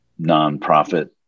nonprofit